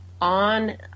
on